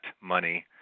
money